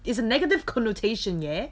is a negative connotation ya